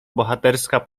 bohaterska